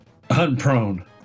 Unprone